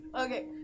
Okay